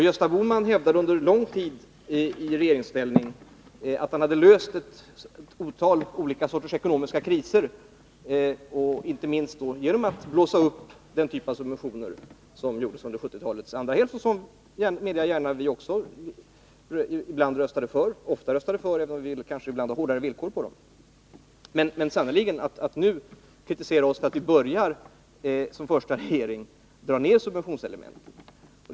Gösta Bohman hävdade under lång tid i regeringsställning att han hade löst ett otal olika sorters ekonomiska kriser — inte minst genom att blåsa upp den typen av subventioner som infördes under 1970-talets andra hälft och som, det medger jag gärna, också vi röstade för, även om vi ibland ville ha hårdare villkor. Men varför nu kritisera oss för att vi som första regering börjar dra ner subventionselementen?